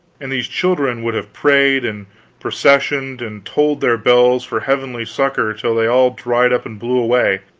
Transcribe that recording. and these children would have prayed, and processioned, and tolled their bells for heavenly succor till they all dried up and blew away,